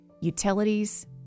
utilities